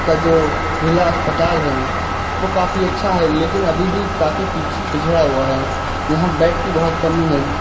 کا جو ضلع اسپتال ہیں وہ کافی اچھا ہے لیکن ابھی بھی کافی پچھڑا ہوا ہے یہاں بیڈ کی بہت کمی ہے